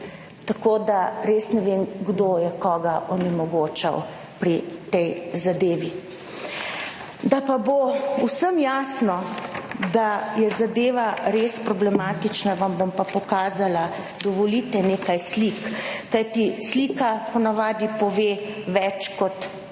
Tako da, res ne vem kdo je koga onemogočal pri tej zadevi. Da pa bo vsem jasno, da je zadeva res problematična, vam bom pa pokazala - dovolite, nekaj slik - kajti slika po navadi pove več kot tisoč